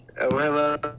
Hello